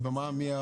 ובמע"מ מי?